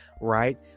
right